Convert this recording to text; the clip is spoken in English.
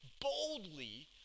boldly